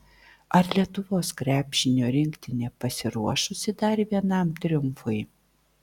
ar lietuvos krepšinio rinktinė pasiruošusi dar vienam triumfui